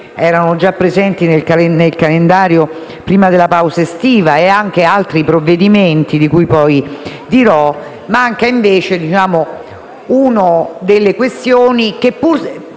erano già presenti nel calendario precedente alla pausa estiva ed anche altri provvedimenti di cui poi dirò, manca invece una delle questioni che più